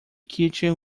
kitchen